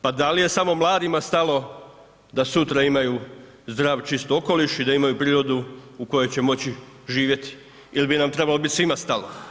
Pa da li je samo mladima stalo da sutra imaju zdrav, čisti okoliš i da imaju prirodu u kojoj će moći živjeti ili bi nam trebalo biti svima stalo?